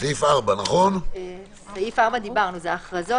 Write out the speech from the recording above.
סעיף 4. סעיף 4 דיברנו, זה ההכרזות.